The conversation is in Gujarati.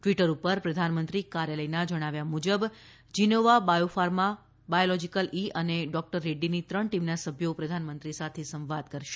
ટ્વિટર ઉપર પ્રધાનમંત્રી કાર્યાલયના જણાવ્યા મુજબ જીનોવા બાયોફાર્મા બાયોલોજીકલ ઈ અને ડૉક્ટર રેડ્રીની ત્રણ ટીમના સભ્યો પ્રધાનમંત્રી સાથે સંવાદ કરશે